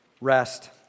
rest